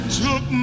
took